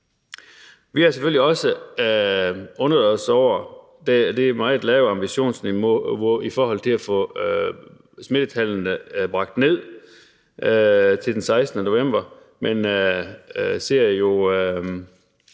Vi har selvfølgelig også undret os over det meget lave ambitionsniveau i forhold til at få smittetallene bragt ned frem mod den 16. november, men vi ser